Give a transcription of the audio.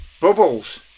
Bubbles